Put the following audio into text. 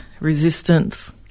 resistance